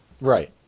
Right